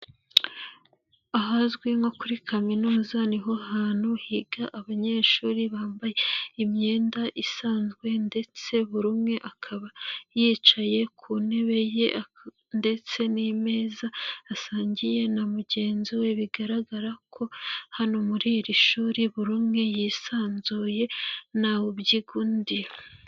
Ahazwi nko kuri kaminuza, niho hantu higa abanyeshuri bambaye imyenda isanzwe ndetse buri umwe akaba yicaye ku ntebe ye ndetse n'imeza, asangiye na mugenzi we, bigaragara ko hano muri iri shuri buri umwe yisanzuye, ntawubyigua undi.